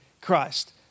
Christ